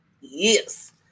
Yes